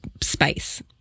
space